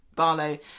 Barlow